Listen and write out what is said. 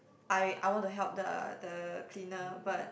I I want to help the the cleaner but